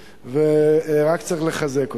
ורק צריך לחזק אותו.